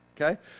Okay